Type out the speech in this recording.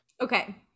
Okay